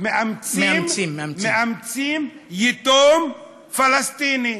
שמאמצים יתום פלסטיני.